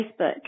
Facebook